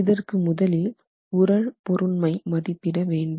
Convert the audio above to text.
இதற்கு முதலில் உறழ் பொருண்மை மதிப்பிட வேண்டும்